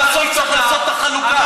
התחייבו ל-4.2,